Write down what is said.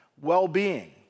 well-being